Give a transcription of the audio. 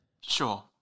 Sure